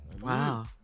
Wow